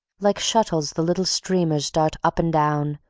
like shuttles the little steamers dart up and down,